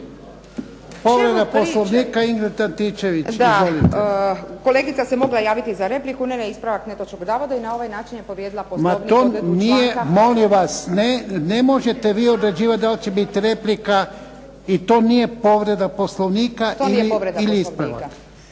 to nije povreda Poslovnika ili ispravak.